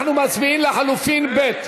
אנחנו מצביעים על לחלופין (א).